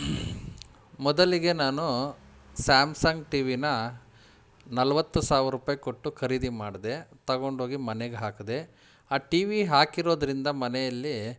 ಮೊದಲಿಗೆ ನಾನು ಸ್ಯಾಮ್ಸಂಗ್ ಟಿ ವಿನ ನಲವತ್ತು ಸಾವಿರ ರೂಪಾಯಿ ಕೊಟ್ಟು ಖರೀದಿ ಮಾಡಿದೆ ತಗೊಂಡೋಗಿ ಮನೆಗೆ ಹಾಕಿದೆ ಆ ಟಿ ವಿ ಹಾಕಿರೋದ್ರಿಂದ ಮನೆಯಲ್ಲಿ